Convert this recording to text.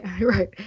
Right